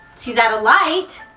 she's at a light.